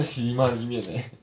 在 cinema 里面 leh